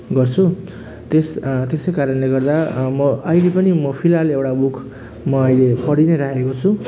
गर्छु त्यस त्यसै कारणले गर्दा म अहिले पनि म फिलहाल एउटा बुक म अहिले पढि नै रहेको छु